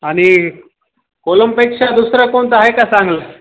आणि कोलमपेक्षा दुसरा कोणता आहे का चांगलं